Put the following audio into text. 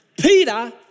Peter